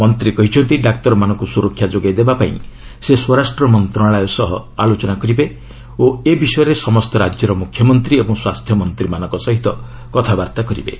ମନ୍ତ୍ରୀ କହିଛନ୍ତି ଡାକ୍ତରମାନଙ୍କୁ ସୁରକ୍ଷା ଯୋଗାଇ ଦେବା ପାଇଁ ସେ ସ୍ୱରାଷ୍ଟ୍ର ମନ୍ତ୍ରଣାଳୟ ସହ ଆଲୋଚନା କରିବେ ଓ ଏ ବିଷୟରେ ସମସ୍ତ ରାଜ୍ୟର ମୁଖ୍ୟମନ୍ତ୍ରୀ ଓ ସ୍ୱାସ୍ଥ୍ୟମନ୍ତ୍ରୀମାନଙ୍କ ସହ କଥାବାର୍ତ୍ତା କରିବେ